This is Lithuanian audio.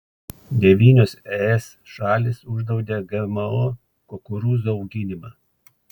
devynios es šalys uždraudė gmo kukurūzų auginimą